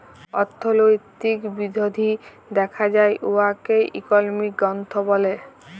অথ্থলৈতিক বিধ্ধি দ্যাখা যায় উয়াকে ইকলমিক গ্রথ ব্যলে